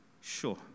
sure